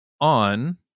on